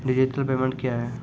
Digital payment क्या हैं?